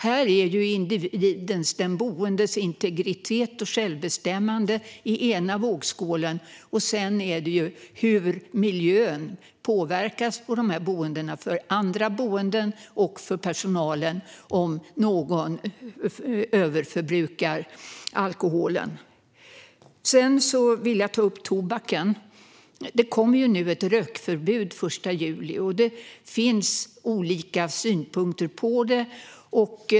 Här ligger individens, alltså den boendes, integritet och självbestämmande i den ena vågskålen, och i den andra vågskålen ligger hur miljön för andra boende och för personalen påverkas om någon brukar för mycket alkohol. Jag vill också ta upp tobaken. Det kommer ju ett rökförbud den 1 juli, och det finns olika synpunkter på detta.